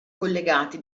collegati